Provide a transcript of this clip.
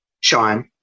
Sean